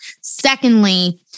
Secondly